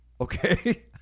okay